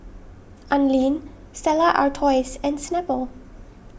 Anlene Stella Artois and Snapple